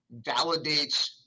validates